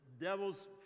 devil's